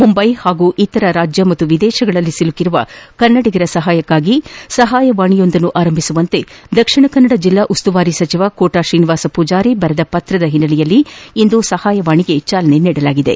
ಮುಂಬೈ ಹಾಗೂ ಇತರೆ ರಾಜ್ಯ ಮತ್ತು ವಿದೇಶಗಳಲ್ಲಿ ಸಿಲುಕಿರುವ ಕನ್ನಡಿಗರ ಸಹಾಯಕ್ಕಾಗಿ ಸಹಾಯ ವಾಣಿಯೊಂದನ್ನು ಆರಂಭಿಸುವಂತೆ ದಕ್ಷಿಣ ಕನ್ನಡ ಜಲ್ಲಾ ಉಸ್ತುವಾರಿ ಸಚಿವ ಕೋಟಾ ಶ್ರೀನಿವಾಸ ಪೂಜಾರಿ ಬರೆದ ಪತ್ರದ ಹಿನ್ನೆಲೆಯಲ್ಲಿ ಇಂದು ಸಹಾಯವಾಣಿಗೆ ಚಾಲನೆ ನೀಡಲಾಯಿತು